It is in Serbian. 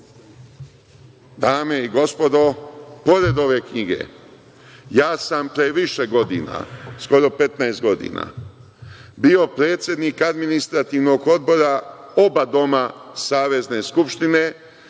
narodni poslanici, pored ove knjige ja sam pre više godina, skoro 15 godina bio predsednik Administrativnog odbora oba doma Savezne skupštine